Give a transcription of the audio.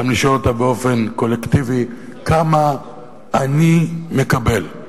גם לשאול אותה באופן קולקטיבי: כמה אני מקבל?